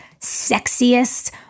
sexiest